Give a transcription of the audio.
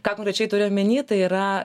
ką konkrečiai turiu omeny tai yra